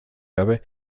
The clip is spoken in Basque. gabe